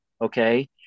okay